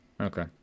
Okay